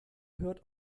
hört